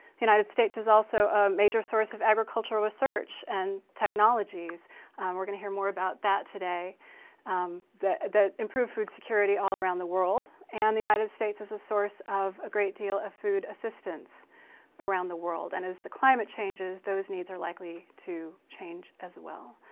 the united states is also a major source of agricultural research and technologies we're going to hear more about that today that improve food security all around the world and the united states is a source of a great deal of food assistance around the world. and as the climate changes, those needs are likely to change as well.